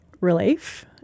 relief